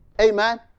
Amen